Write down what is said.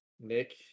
Nick